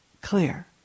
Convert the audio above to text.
clear